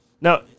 Now